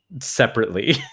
separately